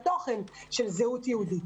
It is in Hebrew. התוכן של זהות יהודית.